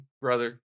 brother